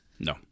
No